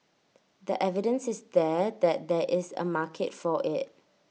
the evidence is there that there is A market for IT